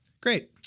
Great